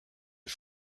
est